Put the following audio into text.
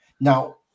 Now